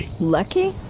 Lucky